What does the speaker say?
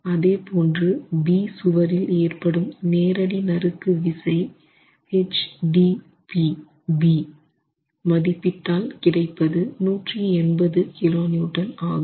அதே போன்று B சுவரில் ஏற்படும் நேரடி நறுக்கு விசைHDB மதிப்பிட்டால் கிடைப்பது ஆகும்